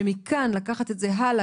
שמכאן לקחת את זה הלאה,